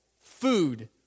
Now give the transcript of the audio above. food